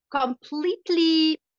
completely